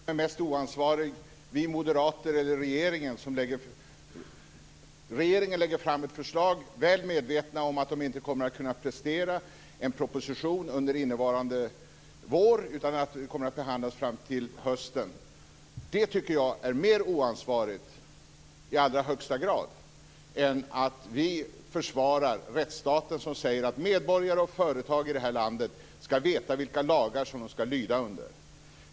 Herr talman! Jag vet inte vem som är mest oansvarig, vi moderater eller regeringen. Regeringen lägger fram ett förslag väl medveten om att man inte kommer att kunna prestera en proposition under innevarande vår utan att frågan kommer att behandlas under hösten. Det tycker jag är mer oansvarigt än att vi försvarar rättsstaten som säger att medborgare och företagare i det här landet skall veta vilka lagar som de skall lyda under.